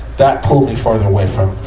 that pulled me further away from,